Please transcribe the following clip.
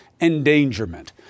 endangerment